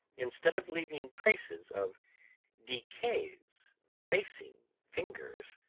instead of leaving traces of decay's effacing fingers,